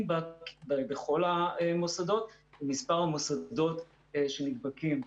בכל המוסדות במספר המוסדות שנדבקים בהם.